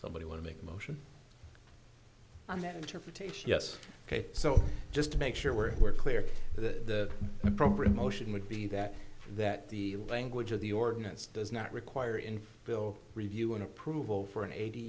somebody want to make a motion on that matter for tapes yes ok so just to make sure we're we're clear the proper emotion would be that that the language of the ordinance does not require in bill review and approval for an eighty